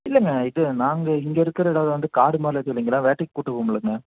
இல்லைங்க இது நாங்கள் இங்கே இருக்கிற இடம் வந்து காடுமாதிரிலாம் ஏதுவும் இல்லை எங்கள் எல்லாம் வேட்டைக்கு கூட்டு போகமுல்லைங்க